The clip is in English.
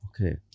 Okay